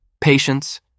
patience